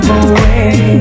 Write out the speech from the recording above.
away